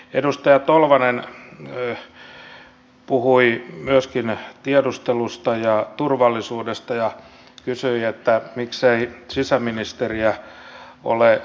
edustaja tolvanen puhui myöskin tiedustelusta ja turvallisuudesta ja kysyi miksei sisäministeri ole utvassa